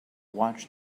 watch